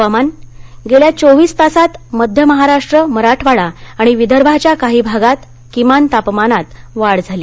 हवामान् गेल्या चोवीस तासांत मध्य महाराष्ट्र मराठवाडा आणि विदर्भाच्या काही भागात किमान तापमानात वाढ झाली